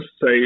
say